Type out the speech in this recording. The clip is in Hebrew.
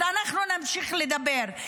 אז אנחנו נמשיך לדבר,